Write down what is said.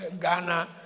Ghana